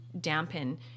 dampen